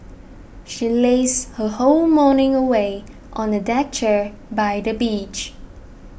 she lazed her whole morning away on a deck chair by the beach